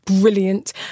brilliant